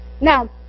Now